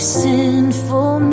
sinful